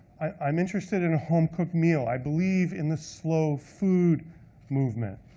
i'm interested in a home-cooked meal. i believe in the slow food movement.